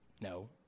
No